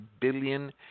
billion